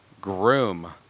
Groom